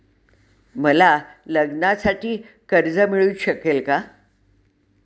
मला लग्नासाठी कर्ज मिळू शकेल का?